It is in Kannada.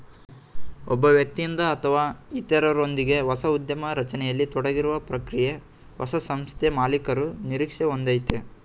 ಒಬ್ಬ ವ್ಯಕ್ತಿಯಿಂದ ಅಥವಾ ಇತ್ರರೊಂದ್ಗೆ ಹೊಸ ಉದ್ಯಮ ರಚನೆಯಲ್ಲಿ ತೊಡಗಿರುವ ಪ್ರಕ್ರಿಯೆ ಹೊಸ ಸಂಸ್ಥೆಮಾಲೀಕರು ನಿರೀಕ್ಷೆ ಒಂದಯೈತೆ